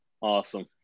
Awesome